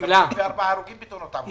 ל-24 הרוגים בתאונות עבודה.